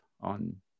on